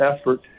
effort